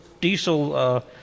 diesel